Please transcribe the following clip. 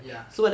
ya